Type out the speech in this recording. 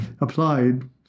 applied